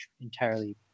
entirely